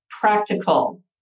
practical